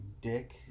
dick